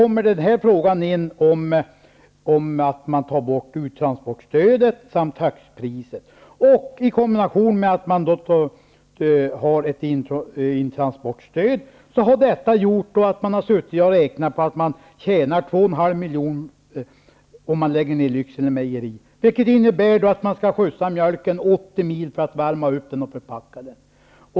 Man tar bort uttransportstödet och högstpriset medan intransportstödet finns kvar. Allt detta har man suttit och räknat på och kommit fram till att man tjänar 2,5 miljoner om man lägger ner Lycksele mejeri. Det innebär att mjölken skall skjutsas 80 mil för att bli uppvärmd och förpackas.